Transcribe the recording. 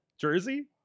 Jersey